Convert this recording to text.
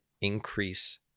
increase